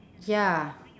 ya